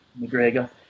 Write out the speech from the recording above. McGregor